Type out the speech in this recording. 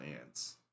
ants